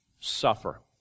suffer